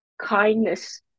kindness